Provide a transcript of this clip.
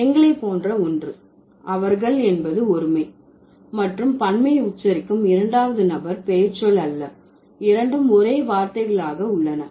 எனவே எங்களை போன்ற ஒன்று அவர்கள் என்பது ஒருமை மற்றும் பன்மையை உச்சரிக்கும் இரண்டாவது நபர் பெயர்ச்சொல் அல்ல இரண்டும் ஒரே வார்த்தைகளாக உள்ளன